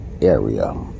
area